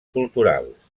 culturals